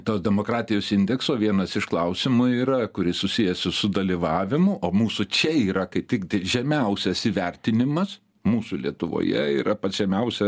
tos demokratijos indekso vienas iš klausimų yra kuris susijęs su dalyvavimu o mūsų čia yra kaip tik žemiausias įvertinimas mūsų lietuvoje yra pats žemiausia